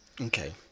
Okay